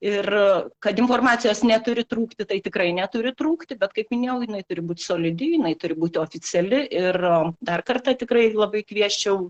ir kad informacijos neturi trūkti tai tikrai neturi trūkti bet kaip minėjau jinai turi būti solidi jinai turi būti oficiali ir dar kartą tikrai labai kviesčiau